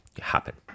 happen